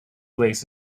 legs